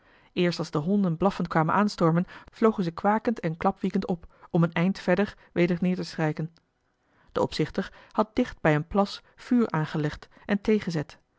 eerst als de honden blaffend kwamen aanstormen vlogen ze kwakend en klapwiekend op om een eind verder weder neer te strijken de opzichter had dicht bij een plas vuur aangelegd en thee gezet